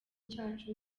cyacu